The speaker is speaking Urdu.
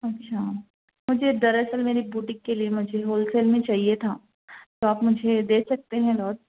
اچھا مجھے در اصل میری بوٹیک کے لیے مجھے ہول سیل میں چاہیے تھا تو آپ مجھے دے سکتے ہیں لاٹ